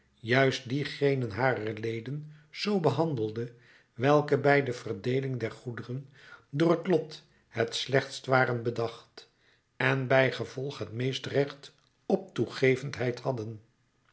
juist diegenen harer leden zoo behandelde welke bij de verdeeling der goederen door het lot het slechtst waren bedacht en bijgevolg het meeste recht op toegevendheid hadden